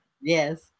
yes